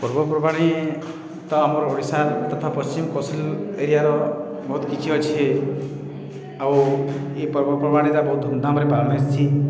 ପର୍ବପର୍ବାଣୀ ତ ଆମର ଓଡ଼ିଶା ତଥା ପଶ୍ଚିମ କୌଶଳ ଏରିଆର ବହୁତ କିଛି ଅଛି ଆଉ ଏଇ ପର୍ବପର୍ବାଣୀ ତ ବହୁତ ଧୁମଧାମରେ ପାଳନ ହେସି